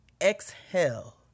exhale